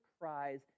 cries